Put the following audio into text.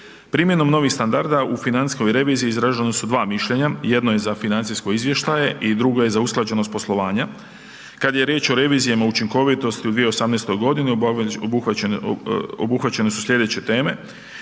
Primjerom novih standarda u financijskoj reviziji, izrađena su 2 mišljenja, jedno je za financijsko izvještaje i drugo je za usklađenost poslovanja. Kada je riječ o revizijama učinkovitosti u 2018. g. obuhvaćene su sljedeće teme,